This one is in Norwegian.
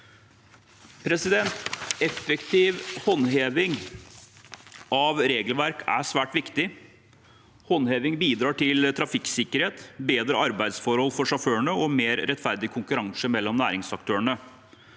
kunder. Effektiv håndheving av regelverk er svært viktig. Håndheving bidrar til trafikksikkerhet, bedre arbeidsforhold for sjåførene og mer rettferdig konkurranse mellom næringsaktørene.